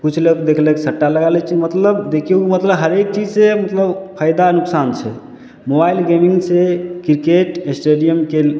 किछु लोक देखलक सट्टा लगा लै छै मतलब देखियौ ओ मतलब हरेक चीज से मतलब फायदा नुकसान छै मोबाइल गेमिंग से क्रिकेट स्टेडियमके